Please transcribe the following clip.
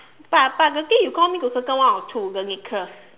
but but the thing you call me to circle one or two the necklace